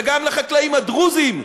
וגם לחקלאים הדרוזים,